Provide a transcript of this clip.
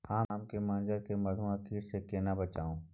आम के मंजर के मधुआ कीट स केना बचाऊ?